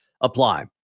apply